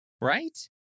Right